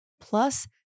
Plus